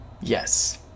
yes